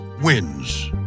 wins